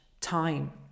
time